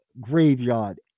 graveyard